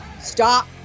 Stop